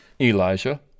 Elijah